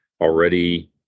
already